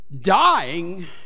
dying